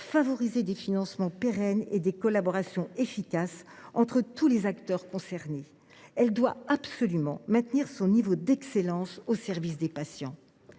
favoriser des financements pérennes et des collaborations efficaces entre tous les acteurs concernés. Elle doit absolument maintenir son niveau d’excellence au service des patients.